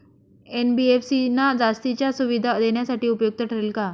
NBFC ना जास्तीच्या सुविधा देण्यासाठी उपयुक्त ठरेल का?